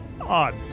odd